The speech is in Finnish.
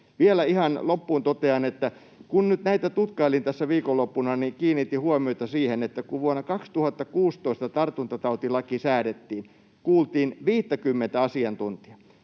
Vielä ihan loppuun totean, että kun nyt näitä tutkailin tässä viikonloppuna, niin kiinnitin huomiota siihen, että kun vuonna 2016 tartuntatautilaki säädettiin, kuultiin 50:tä asiantuntijaa.